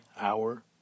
hour